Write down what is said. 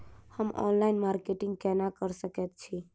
हम online marketing केना कऽ सकैत छी?